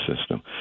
system